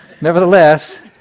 Nevertheless